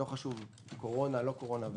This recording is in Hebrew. לא חשוב אם לקורונה או לא לקורונה,